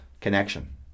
connection